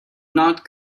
not